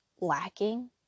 lacking